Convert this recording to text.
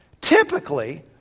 Typically